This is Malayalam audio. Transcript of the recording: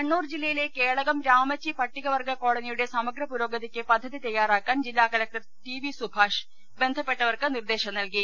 കണ്ണൂർ ജില്ലയിലെ കേളകം രാമച്ചി പട്ടിക വർഗ കോളനിയുടെ സമഗ്ര പുരോഗതിക്ക് പദ്ധതി തയ്യാറാക്കാൻ ജില്ലാ കലക്ടർ ടി വി സുഭാഷ് ബന്ധപ്പെട്ടവർക്ക് നിർദ്ദേശം നൽകി